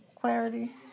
clarity